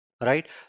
right